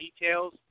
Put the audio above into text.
details